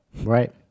Right